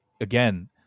again